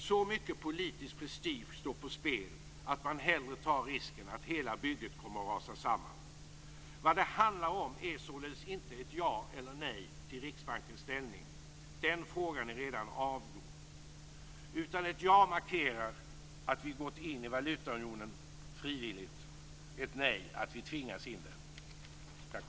Så mycket politisk prestige står på spel att man hellre tar risken att hela bygget rasar samman. Vad det handlar om är således inte ett ja eller ett nej i frågan om Riksbankens ställning - den frågan är redan avgjord - utan ett ja markerar att vi frivilligt har gått in i valutaunionen och ett nej att vi har tvingats till det.